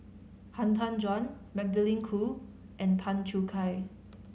Han Tan Juan Magdalene Khoo and Tan Choo Kai